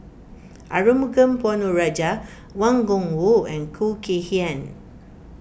Arumugam Ponnu Rajah Wang Gungwu and Khoo Kay Hian